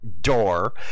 door